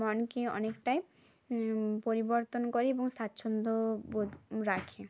মনকে অনেকটাই পরিবর্তন করে এবং স্বাচ্ছন্দ্যবোধ রাখে